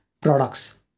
products